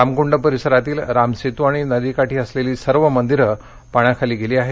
रामकुंड परिसरातील राम सेतू आणि नदीकाठी असलेली सर्व मंदिरे पाण्याखाली गेली आहेत